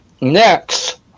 next